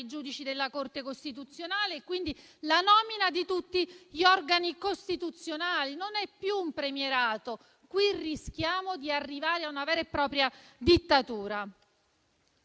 giudici della Corte costituzionale, quindi la nomina di tutti gli organi costituzionali. Non è più un premierato: rischiamo di arrivare a una vera e propria dittatura.